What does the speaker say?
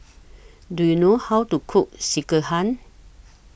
Do YOU know How to Cook Sekihan